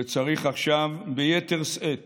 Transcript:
וצריך עכשיו ביתר שאת